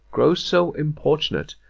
grows so importunate,